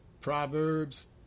Proverbs